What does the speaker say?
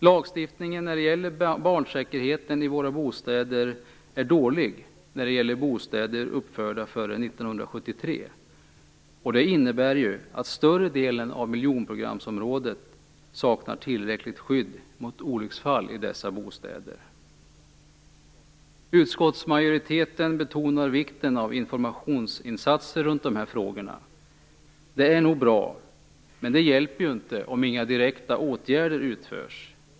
Lagstiftningen om barnsäkerheten i våra bostäder är dålig för bostäder uppförda före 1973, och det innebär att större delen av miljonprogramsområdet saknar tillräckligt skydd mot olycksfall i dessa bostäder. Utskottsmajoriteten betonar vikten av informationsinsatser runt dessa frågor. Det är nog bra, men det hjälper ju inte om inga direkta åtgärder utförs.